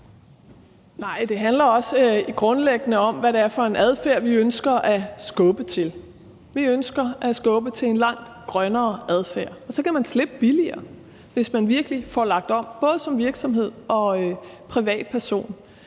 Nej, det handler også grundlæggende om, hvad det er for en adfærd, vi ønsker at skubbe til. Vi ønsker at skubbe til en langt grønnere adfærd, og så kan man slippe billigere, hvis man virkelig får lagt om, både som virksomhed og privatperson.